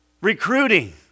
recruiting